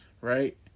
right